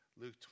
Luke